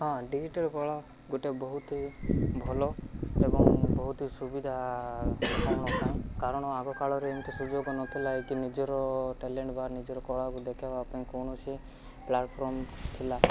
ହଁ ଡିଜିଟାଲ ବଳ ଗୋଟେ ବହୁତ ଭଲ ଏବଂ ବହୁତ ସୁବିଧା ଲୋକମାନଙ୍କ ପାଇଁ କାରଣ ଆଗକାଳରେ ଏମିତି ସୁବିଧା ନ ଥିଲା ଏଇଟି ନିଜର ଟ୍ୟାଲେଣ୍ଟ ବା ନିଜର କଳାକୁ ଦେଖେଇବା ପାଇଁ କୌଣସି ପ୍ଲାଟଫର୍ମ ଥିଲା